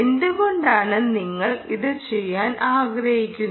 എന്തുകൊണ്ടാണ് നിങ്ങൾ ഇത് ചെയ്യാൻ ആഗ്രഹിക്കുന്നത്